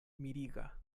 miriga